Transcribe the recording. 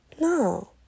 No